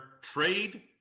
trade